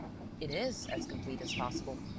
it is as complete as possible.